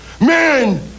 man